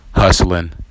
Hustling